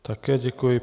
Také děkuji.